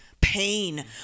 Pain